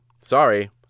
Sorry